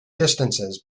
distances